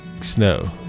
snow